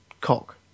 cock